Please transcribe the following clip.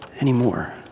anymore